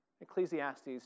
Ecclesiastes